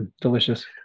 Delicious